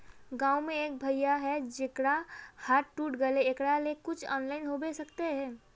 गाँव में एक भैया है जेकरा हाथ टूट गले एकरा ले कुछ ऑनलाइन होबे सकते है?